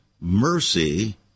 mercy